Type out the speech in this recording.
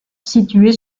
située